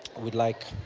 we'd like.